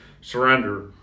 surrender